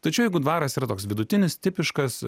tačiau jeigu dvaras yra toks vidutinis tipiškas